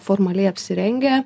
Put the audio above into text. formaliai apsirengę